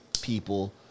people